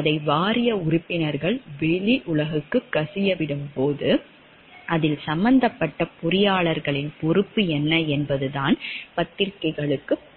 அதை வாரிய உறுப்பினர்கள் வெளியுலகுக்குக் கசியவிடும்போது அதில் சம்பந்தப்பட்ட பொறியாளர்களின் பொறுப்பு என்ன என்பதுதான் பத்திரிகைகளுக்குப் போனது